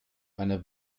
eine